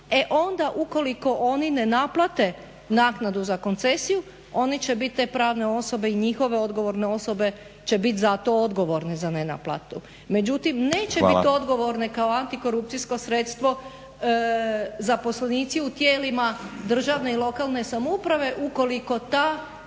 E onda ukoliko oni ne naplate naknadu za koncesiju oni će biti, te pravne osobe, i njihove odgovorne osobe će biti za to odgovorne za nenaplatu. Međutim, neće biti odgovorne kao antikorupcijsko sredstvo zaposlenici u tijelima državne i lokalne samouprave ukoliko ta